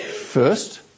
First